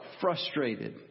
frustrated